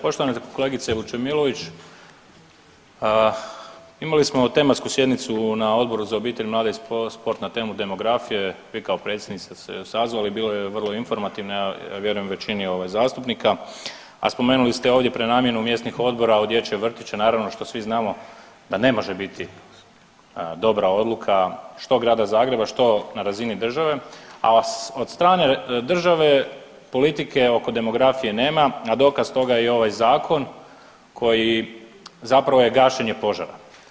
Poštovana kolegice Vučemilović, imali smo tematsku sjednicu na Odboru za obitelj, mlade i sport na temu demografije, vi kao predsjednica ste ju sazvali, bila je vrlo informativna ja vjerujem većini ovaj zastupnika, a spomenuli ste ovdje prenamjenu mjesnih odbora u dječje vrtiće naravno što svi znamo da ne može biti dobra odluka što Grada Zagreba što na razini države, a od strane države politike oko demografije nema, a dokaz toga je i ovaj zakon koji zapravo je gašenje požara.